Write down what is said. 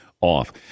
off